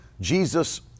Jesus